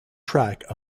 track